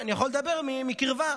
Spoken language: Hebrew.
אני יכול לדבר מקרבה: